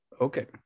Okay